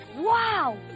Wow